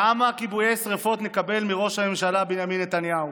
כמה כיבויי שרפות נקבל מראש הממשלה בנימין נתניהו?